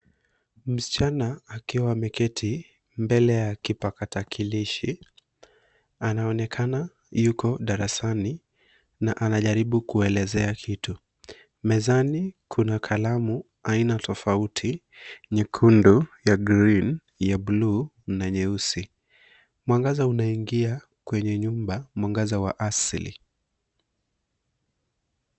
Msichana akiwa ameketi mbele ya kipakatalishi anaonekana yuko darasani na anajaribu kuelezea kitu, mezani kuna kalamu aina tofauti, nyekundu, ya green ya bluu na nyeusi. Mwangaza unaingia kwenye nyumba, mwangaza wa asili.